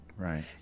Right